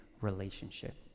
relationship